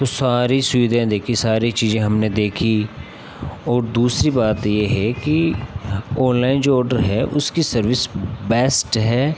तो सारी सुविधाएँ देखी सारी चीज़ें हमने देखी और दूसरी बात यह है कि ऑनलाइन जो ऑडर है उसकी सर्विस बेस्ट है